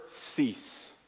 cease